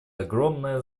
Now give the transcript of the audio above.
огромная